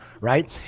right